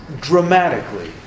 dramatically